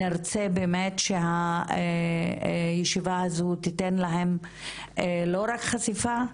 נרצה באמת שהישיבה הזו תתן להם לא רק חשיפה,